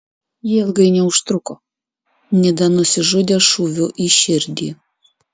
jie ilgai neužtruko nida nusižudė šūviu į širdį